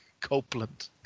Copeland